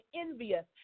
envious